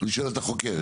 אני שואל את החוקרת.